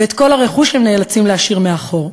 ואת כל הרכוש הם נאלצים להשאיר מאחור.